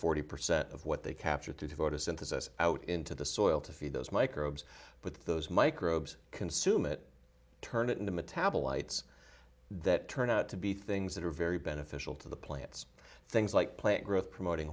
forty percent of what they capture to devote a synthesis out into the soil to feed those microbes but those microbes consume it turn it into metabolites that turn out to be things that are very beneficial to the plants things like plant growth promoting